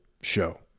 show